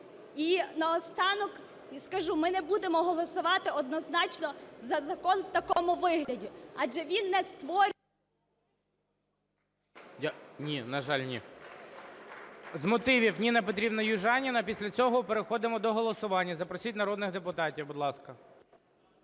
І наостанок скажу: ми не будемо голосувати однозначно за закон в такому вигляді, адже він не створює… ГОЛОВУЮЧИЙ. Ні, на жаль, ні. З мотивів - Ніна Петрівна Южаніна. Після цього переходимо до голосування. Запросіть народних депутатів, будь ласка.